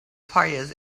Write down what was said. fires